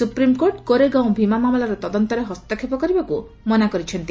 supreme court Koregaon Bhima ମାମଲାର ତଦନ୍ତରେ ହସ୍ତକ୍ଷେପ କରିବାକୁ ମନା କରିଛନ୍ତି